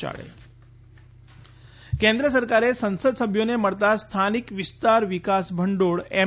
જાવડેકર કેન્દ્ર સરકારે સંસદસભ્યોને મળતા સ્થાનિક વિસ્તાર વિકાસ ભંડોળ એમ